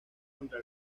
contra